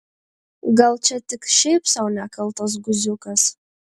gal čia tik šiaip sau nekaltas guziukas